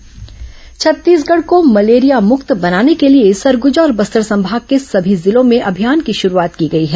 malaria जांच छत्तीसगढ़ को malaria मुक्त बनाने के लिए सरगुजा और बस्तर संभाग के सभी जिलों में अभियान की शुरूआत की गई है